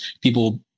people